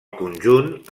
conjunt